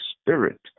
Spirit